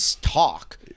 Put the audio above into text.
talk